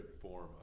form